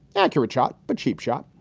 accurate shot, but cheap shot.